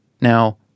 Now